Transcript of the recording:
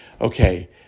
okay